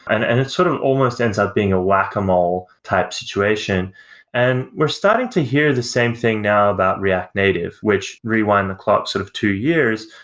and and it sort of almost ends up being a whack-a-mole type situation and we're starting to hear the same thing now about react native, which rewind the clock sort of two years,